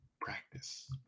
practice